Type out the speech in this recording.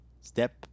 step